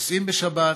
נוסעים בשבת,